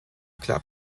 club